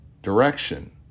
direction